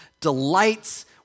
delights